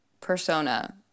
persona